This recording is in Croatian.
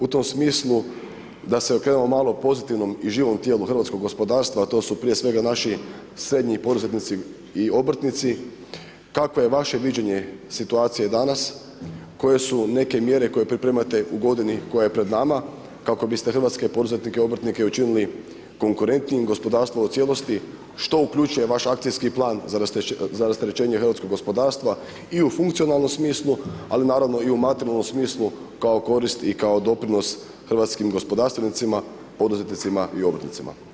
U tom smislu da se okrenemo malo pozitivnom i živom tijelu hrvatskog gospodarstva a to su prije svega naši srednji poduzetnici i obrtnici, kakvo je vaše viđenje situacije danas, koje su neke mjere koje pripremate u godini koja je pred nama kako bi ste hrvatske poduzetnike i obrtnike učinili konkurentnijim, gospodarstvo u cijelosti, što uključuje vaš akcijski plan za rasterećenje hrvatskog gospodarstva i u funkcionalnom smislu ali i naravno i u materijalnom smislu kao korist i kao doprinos hrvatskim gospodarstvenicima, poduzetnicima i obrtnicima?